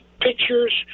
pictures